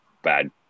bad